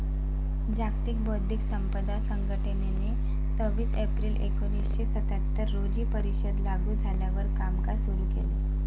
जागतिक बौद्धिक संपदा संघटनेने सव्वीस एप्रिल एकोणीसशे सत्याहत्तर रोजी परिषद लागू झाल्यावर कामकाज सुरू केले